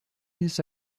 this